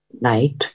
night